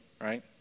right